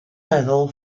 meddwl